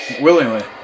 Willingly